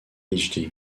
phd